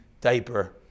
diaper